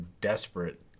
desperate